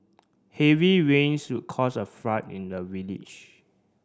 heavy rains caused a flood in the village